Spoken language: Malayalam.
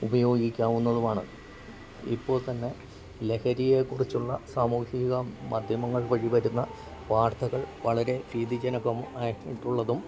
ഉപയോഗിക്കാവുന്നതുമാണ് ഇപ്പോൾ തന്നെ ലഹരിയെ കുറിച്ചുള്ള സാമൂഹിക മാദ്ധ്യമങ്ങൾ വഴി വരുന്ന വാർത്തകൾ വളരെ ഭീതിജനകം ആയിട്ടുള്ളതും